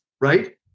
right